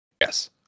yes